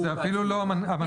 זה אפילו לא המנכ"ל.